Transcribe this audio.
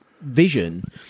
vision